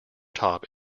top